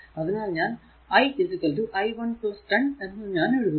അതിനാൽ ഞാൻ i i 1 10 എന്ന് ഞാൻ എഴുതുന്നു